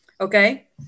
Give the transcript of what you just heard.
okay